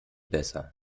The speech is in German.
besser